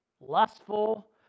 lustful